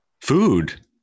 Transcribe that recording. Food